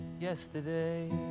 yesterday